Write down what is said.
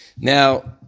Now